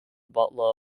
butler